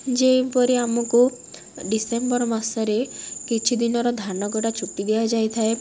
ଯେଉଁପରି ଆମକୁ ଡିସେମ୍ବର ମାସରେ କିଛି ଦିନର ଧାନକଟା ଛୁଟି ଦିଆଯାଇଥାଏ